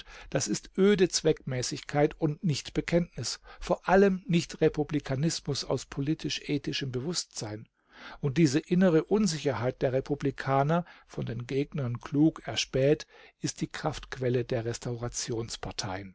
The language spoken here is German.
das ist öde zweckmäßigkeit und nicht bekenntnis vor allem nicht republikanismus aus politisch-ethischem bewußtsein und diese innere unsicherheit der republikaner von den gegnern klug erspäht ist die kraftquelle der